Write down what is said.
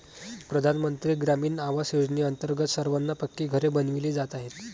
प्रधानमंत्री ग्रामीण आवास योजनेअंतर्गत सर्वांना पक्की घरे बनविली जात आहेत